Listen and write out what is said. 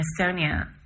Estonia